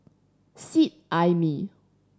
Seet Ai Mee